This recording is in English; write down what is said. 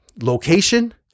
location